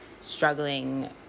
struggling